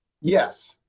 Yes